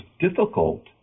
difficult